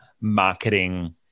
marketing